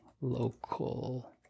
Local